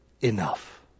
enough